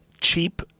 cheap